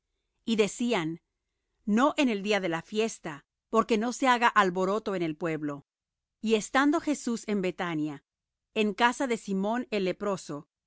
y decían no en el día de la fiesta porque no se haga alboroto en el pueblo y estando jesús en bethania en casa de simón el leproso